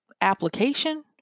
application